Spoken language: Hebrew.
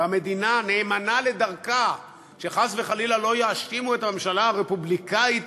והמדינה נאמנה לדרכה שחס וחלילה לא יאשימו את הממשלה הרפובליקנית